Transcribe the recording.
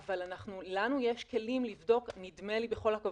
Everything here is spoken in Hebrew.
אבל לנו יש כלים לבדוק את העובדות